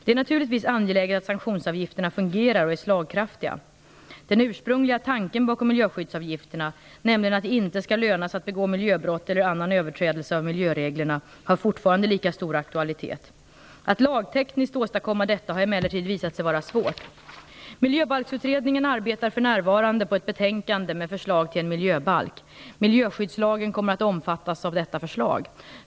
Det är naturligtvis angeläget att sanktionsavgifterna fungerar och är slagkraftiga. Den ursprungliga tanken bakom miljöskyddsavgifterna, nämligen att det inte skall löna sig att begå miljöbrott eller annan överträdelse av miljöreglerna, har fortfarande lika stor aktualitet. Att lagtekniskt åstadkomma detta har emellertid visat sig vara svårt. Miljöbalksutredningen arbetar för närvarande på ett betänkande med förslag till en miljöbalk. Miljöskyddslagen kommer att omfattas av detta förslag.